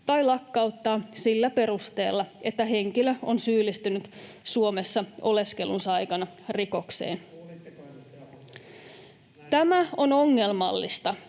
tai lakkauttaa sillä perusteella, että henkilö on syyllistynyt Suomessa oleskelunsa aikana rikokseen. [Ben Zyskowicz: